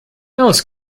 alice